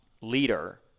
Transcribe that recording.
leader